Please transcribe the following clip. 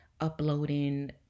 uploading